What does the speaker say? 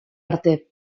arte